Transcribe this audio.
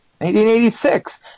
1986